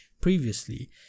previously